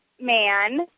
man